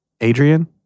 Adrian